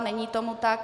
Není tomu tak.